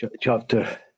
Chapter